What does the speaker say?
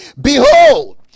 Behold